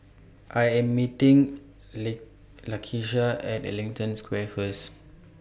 I Am meeting They Lakesha At Ellington Square First